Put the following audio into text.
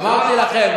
אמרתי לכם,